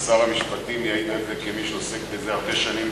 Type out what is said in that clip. שר המשפטים יעיד על זה כמי שעוסק בזה הרבה שנים,